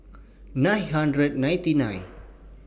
nine hundred ninety nine